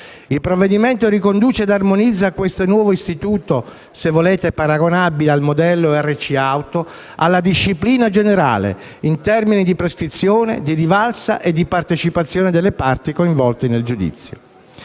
Il provvedimento riconduce ed armonizza questo nuovo istituto - se volete paragonabile al modello RC auto - alla disciplina generale in termini di prescrizione, di rivalsa e di partecipazione delle parti coinvolte nel giudizio.